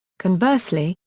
conversely,